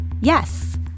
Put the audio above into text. Yes